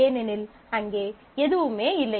ஏனெனில் அங்கே எதுவுமே இல்லை